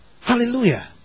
Hallelujah